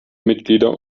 mitglieder